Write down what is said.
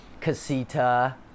casita